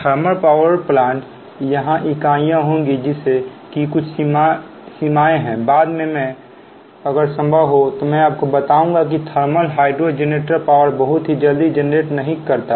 thermal power plant यहां इकाइयां होंगी जिस की कुछ सीमाएं हैं बाद में अगर संभव हो मैं आपको बताऊंगा कि थर्मल हाइड्रो जेनरेटर पावर बहुत ही जल्दी जेनरेट नहीं करता है